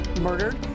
murdered